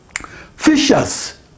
Fisher's